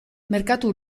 merkatu